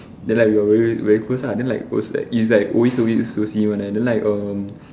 then like we are we are very close lah then like it's like always so weird to see him one then like um